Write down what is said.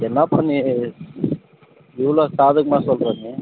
என்னப்பா நீ இவ்வளோ சாதகமாக சொல்லுற நீ